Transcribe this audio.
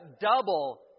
double